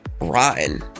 rotten